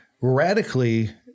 radically